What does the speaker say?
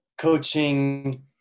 Coaching